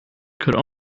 could